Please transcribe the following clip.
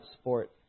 sport